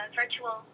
virtual